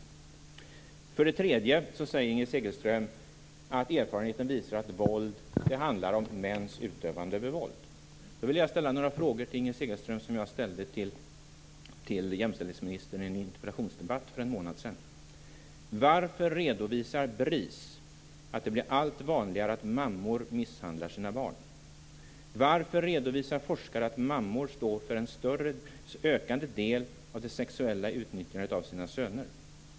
Inger Segelströms svar på den tredje frågan är att erfarenheten visar att det handlar om mäns utövande av våld. Jag vill då ställa några frågor till Inger Segelström, som jag ställde till jämställdhetsministern i en interpellationsdebatt för en månad sedan. Varför redovisar BRIS att det blir allt vanligare att mammor misshandlar sina barn? Varför redovisar forskare att mammor står för ett ökande sexuellt utnyttjande av sina söner?